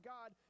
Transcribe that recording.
God